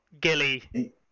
Gilly